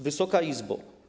Wysoka Izbo!